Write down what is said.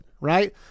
right